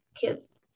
kids